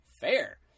Fair